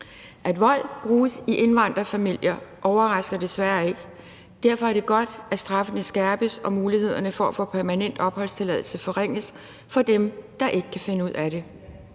At vold bruges i indvandrerfamilier, overrasker desværre ikke. Derfor er det godt, at straffene skærpes og mulighederne for at få permanent opholdstilladelse forringes for dem, der ikke kan finde ud af det.